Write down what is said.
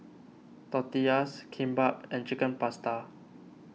Tortillas Kimbap and Chicken Pasta